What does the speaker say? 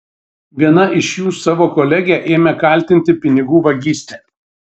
viena iš jų savo kolegę ėmė kaltinti pinigų vagyste